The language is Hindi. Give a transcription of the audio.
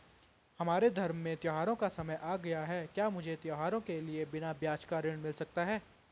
हमारे धर्म में त्योंहारो का समय आ गया है क्या मुझे त्योहारों के लिए बिना ब्याज का ऋण मिल सकता है?